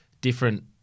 different